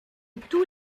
tous